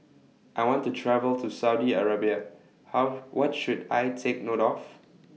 I want to travel to Saudi Arabia How What should I Take note of